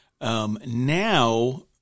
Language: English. Now